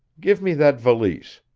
give me that valise.